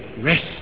rest